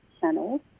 channels